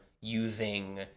using